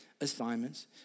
assignments